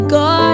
God